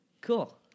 Cool